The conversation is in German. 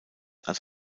als